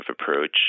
approach